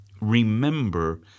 remember